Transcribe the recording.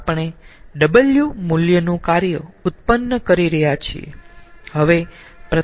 તેથી આપણે W મૂલ્યનું કાર્ય ઉત્પન્ન કરી રહ્યા છીએ